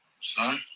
Son